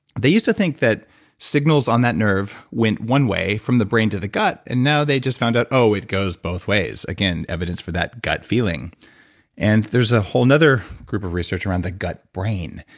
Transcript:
they used to think that signals on that nerve went one way from the brain to the gut and now they just found out oh, it goes both ways. again, evidence for that gut feeling and there's a whole and other group of research on the gut brain,